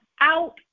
out